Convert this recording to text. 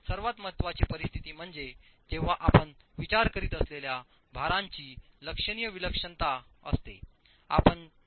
सर्वात महत्वाची परिस्थिती म्हणजे जेव्हा आपण विचार करीत असलेल्या भारांची लक्षणीय विलक्षणता असतेआपण ज्या उभ्या भारांचा विचार करीत आहात